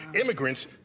immigrants